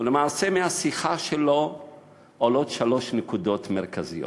ולמעשה מהשיחה אתו עולות שלוש נקודות מרכזיות.